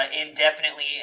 indefinitely